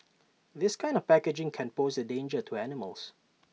this kind of packaging can pose A danger to animals